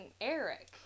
Eric